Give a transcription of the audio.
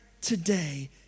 today